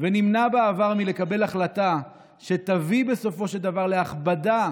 ונמנע בעבר מלקבל החלטה שתביא בסופו של דבר להכבדה